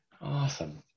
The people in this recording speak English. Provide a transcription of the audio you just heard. Awesome